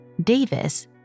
Davis